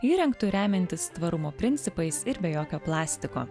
įrengtu remiantis tvarumo principais ir be jokio plastiko